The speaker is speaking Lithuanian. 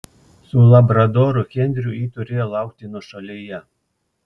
su labradoru henriu ji turėjo laukti nuošalyje